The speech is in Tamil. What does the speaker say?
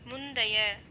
முந்தைய